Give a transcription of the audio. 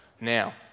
Now